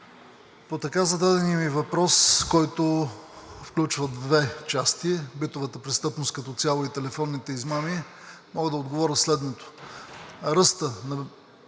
По така зададения ми въпрос, който включва две части – битовата престъпност като цяло и телефонните измами, мога да отговоря следното. Ръстът на